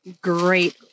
great